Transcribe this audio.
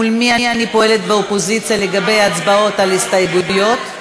מול מי אני פועלת באופוזיציה לגבי ההצבעות על הסתייגויות?